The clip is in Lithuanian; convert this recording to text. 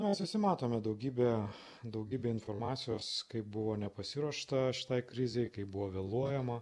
mes visi matome daugybę daugybę informacijos kaip buvo nepasiruošta šitai krizei kaip buvo vėluojama